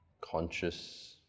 conscious